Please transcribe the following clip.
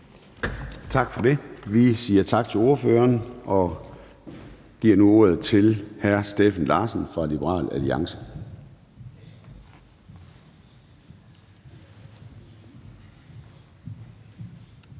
Tak for det. Vi siger tak til ordføreren og giver nu ordet til hr. Steffen Larsen fra Liberal Alliance.